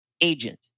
agent